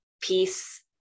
peace